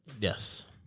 Yes